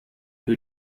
who